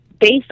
based